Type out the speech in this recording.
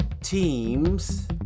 teams